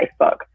Facebook